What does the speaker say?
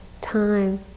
time